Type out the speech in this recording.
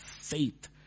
faith